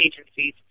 agencies